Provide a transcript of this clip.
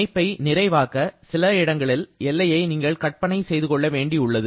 அமைப்பை நிறைவாக சில இடங்களில் எல்லையை நீங்கள் கற்பனை செய்துகொள்ள வேண்டி உள்ளது